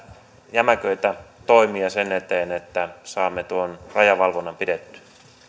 jämäköitä toimia sen eteen että saamme tuon rajavalvonnan pidettyä